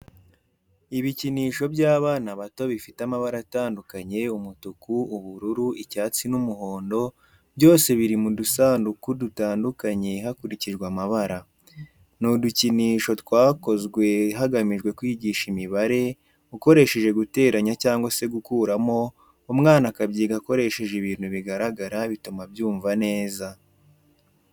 Ibikinisho by'abana bato bifite amabara atandukanye umutuku, ubururu, icyatsi n'umuhondo byose biri mu dusanduku dutandukanye hakurikijwe amabara. Ni udukinisho twakozwe hagamijwe kwigisha imibare, ukoresheje guteranya cyangwa se gukuramo umwana akabyiga akoresheje ibintu bigaragara bituma abyumva neza.